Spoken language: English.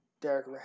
Derek